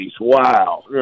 Wow